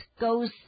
goes